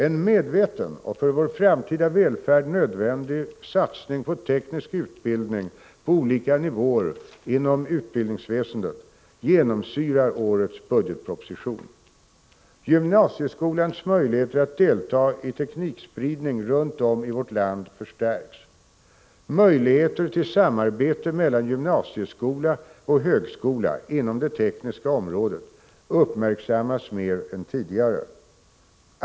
En medveten och för vår framtida välfärd nödvändig satsning på teknisk utbildning på olika nivåer inom utbildningsväsendet genomsyrar årets budgetproposition. Gymnasieskolans möjligheter att delta i teknikspridning runt om i vårt land förstärks. Möjligheter till samarbete mellan gymnasieskola och högskola inom det tekniska området uppmärksammas mer än tidigare.